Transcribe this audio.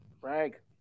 Frank